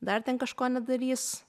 dar ten kažko nedarys